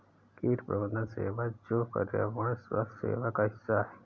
कीट प्रबंधन सेवा जो पर्यावरण स्वास्थ्य सेवा का हिस्सा है